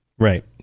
Right